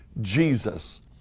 Jesus